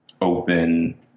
open